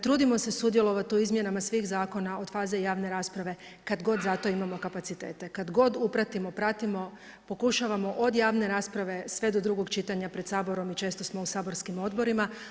Trudimo se sudjelovati u izmjenama svih zakona od faze javne rasprave kad god za to imamo kapacitete, kad god upratimo, pratimo, pokušavamo od javne rasprave sve do drugog čitanja pred Saborom i često smo u saborskim odborima.